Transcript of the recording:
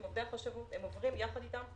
הם עוברים יחד אתם.